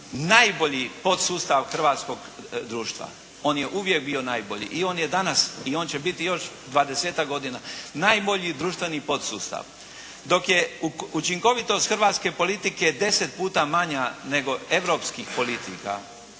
najbolji podsustav hrvatskog društva. On je uvijek bio najbolji i on je danas i on će biti još 20-tak godina najbolji društveni podsustav. Dok je učinkovitost hrvatske politike 10 puta manja nego europskih politika,